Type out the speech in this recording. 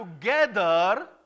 together